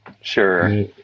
Sure